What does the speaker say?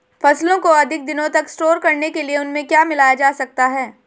फसलों को अधिक दिनों तक स्टोर करने के लिए उनमें क्या मिलाया जा सकता है?